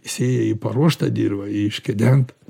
sėja į paruoštą dirvą į iškedentą